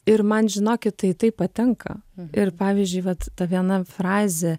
ir man žinokit tai taip patinka ir pavyzdžiui vat ta viena frazė